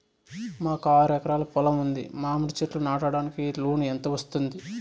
మాకు ఆరు ఎకరాలు పొలం ఉంది, మామిడి చెట్లు నాటడానికి లోను ఎంత వస్తుంది?